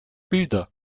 bilder